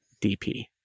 dp